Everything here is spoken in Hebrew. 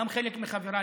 גם חלק מחברייך.